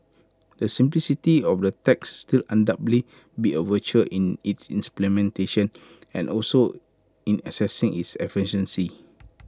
the simplicity of the tax will undoubtedly be A virtue in its implementation and also in assessing its efficacy